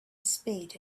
spade